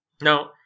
now